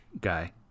guy